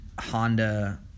honda